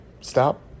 Stop